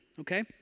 okay